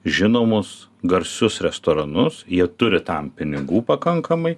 žinomus garsius restoranus jie turi tam pinigų pakankamai